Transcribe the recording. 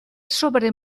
sobre